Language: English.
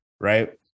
Right